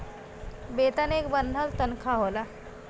वेतन एक बन्हल तन्खा होला